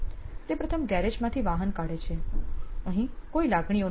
તે પ્રથમ ગેરેજ માંથી વાહન કાઢે છે અહીં કોઈ લાગણીઓ નથી